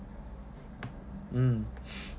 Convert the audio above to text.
mm